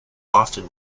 often